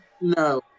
No